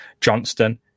Johnston